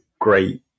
great